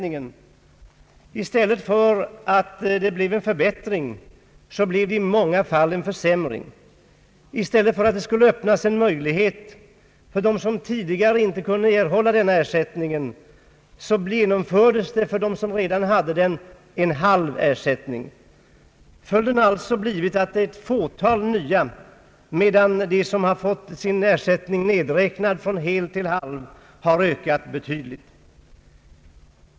I stället för en förbättring blev det i många fall en försämring. Följden har blivit att ett fåtal nya människor fått denna ersättning, medan de som har fått sin ersättning nedräknad till hälften har ökat betydligt.